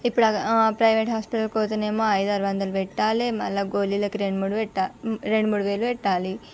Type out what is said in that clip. ఇప్పుడు private hospital పోతే ఏమో ఐదారు వందలు పెట్టాలి మళ్ళీ గోళీలకి రెండు మూడు రెండు మూడు వేలు పెట్టాలి